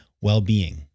well-being